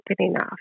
enough